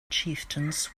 chieftains